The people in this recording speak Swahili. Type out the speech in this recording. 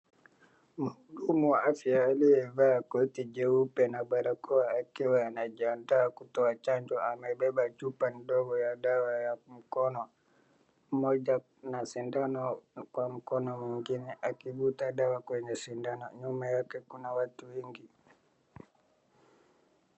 Mhudumu wa afya aliyevaa koti jeupe na barakoa akiwa anajiandaa kutoa chanjo amebeba chupa ndogo ya dawa ya mkono mmoja na sindano kwa mkono mwingine akivuta dawa kwenye sindano. Nyuma yake kuna watu wengi.